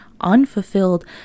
unfulfilled